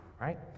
right